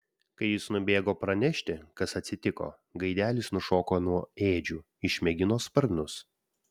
kai jis nubėgo pranešti kas atsitiko gaidelis nušoko nuo ėdžių išmėgino sparnus